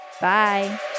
Bye